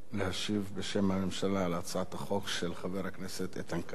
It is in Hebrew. להשיב בשם הממשלה להצעת החוק של חבר הכנסת איתן כבל.